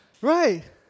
Right